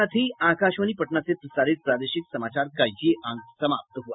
इसके साथ ही आकाशवाणी पटना से प्रसारित प्रादेशिक समाचार का ये अंक समाप्त हुआ